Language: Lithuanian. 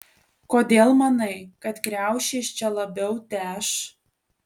kodėl manai kad kriaušės čia labiau teš